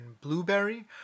Blueberry